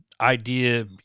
idea